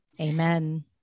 Amen